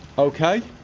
okay